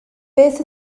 beth